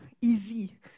easy